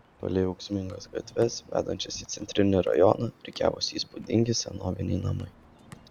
palei ūksmingas gatves vedančias į centrinį rajoną rikiavosi įspūdingi senoviniai namai